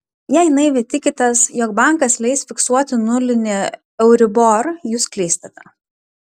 jei naiviai tikitės jog bankas leis fiksuoti nulinį euribor jūs klystate